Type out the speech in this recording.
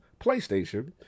PlayStation